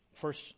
first